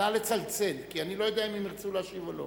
נא לצלצל, כי אני לא יודע אם הם ירצו להשיב או לא.